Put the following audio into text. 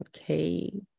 Okay